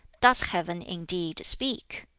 does heaven indeed speak?